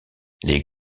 les